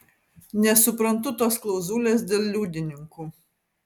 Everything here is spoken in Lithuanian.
nesuprantu tos klauzulės dėl liudininkų